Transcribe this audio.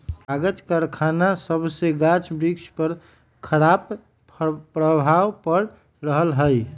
कागज करखना सभसे गाछ वृक्ष पर खराप प्रभाव पड़ रहल हइ